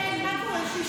מה קורה?